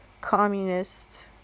communist